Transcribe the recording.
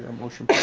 ah motion